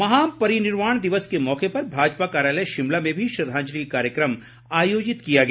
महापरिनिर्वाण दिवस के मौके पर भाजपा कार्यालय शिमला में भी श्रद्धांजलि कार्यक्रम आयोजित किया गया